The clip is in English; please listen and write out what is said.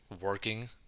working